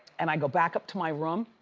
and i go back up to my room,